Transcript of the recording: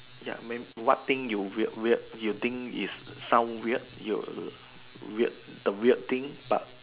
ya may what thing you weird weird you think is sound weird you the weird thing but